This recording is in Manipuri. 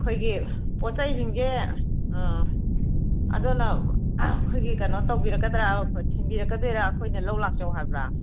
ꯑꯩꯈꯣꯏꯒꯤ ꯄꯣꯠ ꯆꯩꯁꯤꯡꯁꯦ ꯑ ꯑꯗꯨꯅ ꯑꯩꯈꯣꯏꯒꯤ ꯀꯩꯅꯣ ꯇꯧꯕꯤꯔꯛꯀꯗ꯭ꯔ ꯊꯤꯟꯕꯤꯔꯛꯀꯗꯣꯏꯔ ꯑꯩꯈꯣꯏꯅ ꯂꯧ ꯂꯥꯛꯆꯧ ꯍꯥꯏꯕ꯭ꯔ